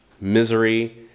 misery